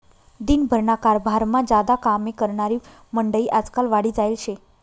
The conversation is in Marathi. दिन भरना कारभारमा ज्यादा कामे करनारी मंडयी आजकाल वाढी जायेल शे